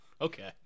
okay